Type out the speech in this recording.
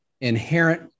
inherent